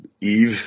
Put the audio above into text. Eve